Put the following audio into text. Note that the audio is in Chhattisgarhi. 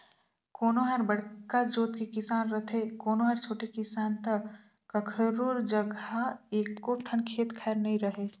कोनो हर बड़का जोत के किसान रथे, कोनो हर छोटे किसान त कखरो जघा एको ठन खेत खार नइ रहय